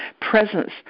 presence